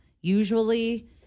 usually